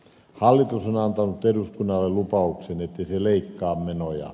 hallitus on antanut eduskunnalle lupauksen ettei se leikkaa menoja